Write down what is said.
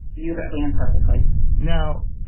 beautifully and perfectly now